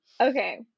okay